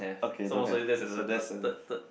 okay don't have so that's a